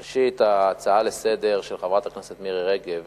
ראשית, ההצעה לסדר-היום של חברת הכנסת מירי רגב